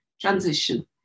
transition